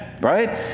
Right